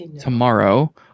tomorrow